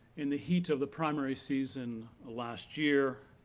in the heat of the primary season last year,